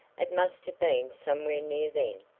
it must have been somewhere near then,